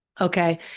Okay